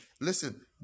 Listen